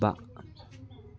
बा